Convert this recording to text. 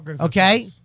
Okay